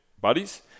buddies